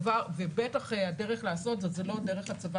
ובטח הדרך לעשות זאת היא לא דרך הצבה